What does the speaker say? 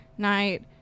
night